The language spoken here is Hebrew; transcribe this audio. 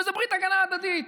וזו ברית הגנה הדדית.